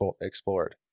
explored